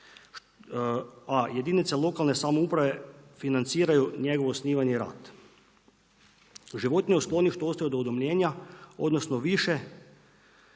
A jedinice lokalne samouprave financiraju njegovo osnivanje i rad. Životinje u skloništu ostaju do udomljenja, odnosno više